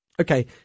Okay